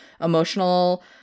emotional